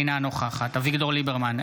אינה נוכחת אביגדור ליברמן,